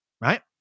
right